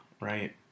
right